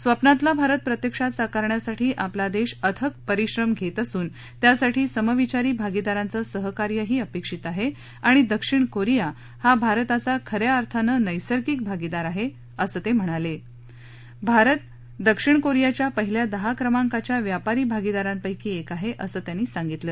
स्वप्नातला भारत प्रत्यक्षात साकारण्यासाठी आपला दक्षअथक परिश्रम घक्षअसून त्यासाठी समविचारी भागीदारांचं सहकार्यही अपक्षित आहआणि दक्षिण कोरिया हा भारताचा खऱ्या अर्थानं नैसर्गिक भागीदार आहा असं तक्रिणाला आरत दक्षिण कोरियाच्या पहिल्या दहा क्रमांकाच्या व्यापारी भागीदारांपैकी एक आहा असं त्यांनी सांगितलं